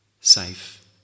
safe